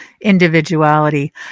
individuality